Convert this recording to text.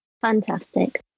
fantastic